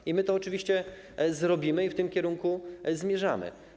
I my to oczywiście zrobimy i w tym kierunku zmierzamy.